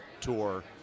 tour